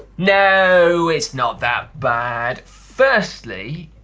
no, it's not that bad. firstly,